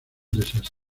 desastre